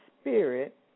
spirit